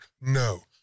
No